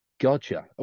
Gotcha